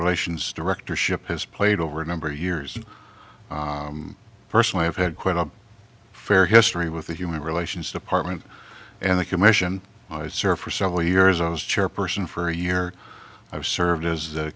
relations directorship has played over a number of years personally i have had quite a fair history with the human relations department and the commission i served for several years i was chairperson for a year i've served as